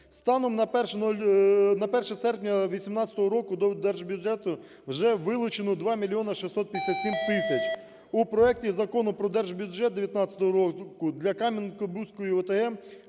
Станом на 1 серпня 18 року до держбюджету вже вилучено 2 мільйони 657 тисяч. У проекті Закону про держбюджет 19 року для Кам'янки-Бузької ОТГ